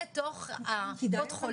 לתוך קופות החולים.